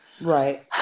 Right